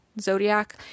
zodiac